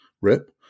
rip